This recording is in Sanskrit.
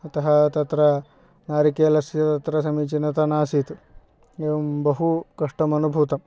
अतः तत्र नारिकेलस्य तत्र समीचीनता नासीत् एवं बहुकष्टम् अनुभूतम्